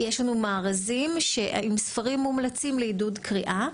יש לנו מארזים עם ספרים ממומלצים לעידוד קריאה,